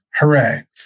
Hooray